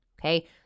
okay